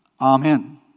Amen